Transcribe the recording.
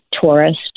tourist